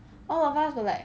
all of us were like